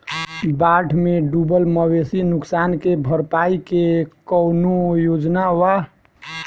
बाढ़ में डुबल मवेशी नुकसान के भरपाई के कौनो योजना वा?